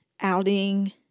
outing